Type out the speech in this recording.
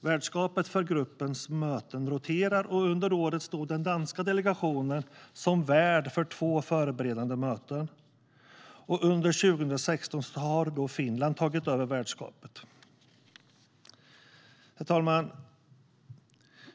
Värdskapet för gruppens möten roterar, och under året stod den danska delegationen värd för två förberedande möten. Under 2016 tar Finland över värdskapet.